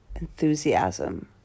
enthusiasm